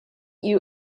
you